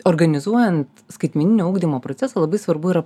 organizuojant skaitmeninio ugdymo procesą labai svarbu yra